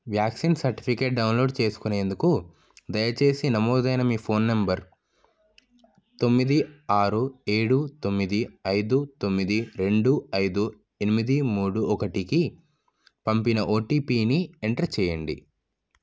vaccine certificate download చేసుకునేందుకు దయచేసి నమోదైన మీ ఫోన్ నంబర్ తొమ్మిది ఆరు ఏడు తొమ్మిది అయిదు తొమ్మిది రెండు అయిదు ఎనిమిది మూడు ఒకటికి పంపిన ఓటిపిని ఎంటర్ చెయ్యండి